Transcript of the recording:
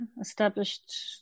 established